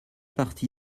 parti